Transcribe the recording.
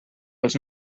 els